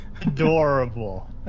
adorable